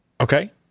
Okay